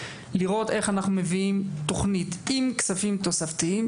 לראות איך אנחנו מביאים תוכנית עם כספים תוספתיים